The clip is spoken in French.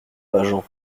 pageant